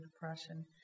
depression